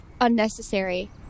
unnecessary